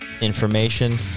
information